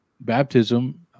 baptism